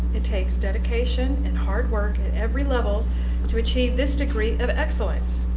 it takes dedication and hard work at every level to achieve this degree of excellence.